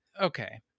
Okay